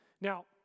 Now